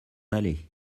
aller